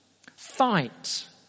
Fight